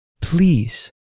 Please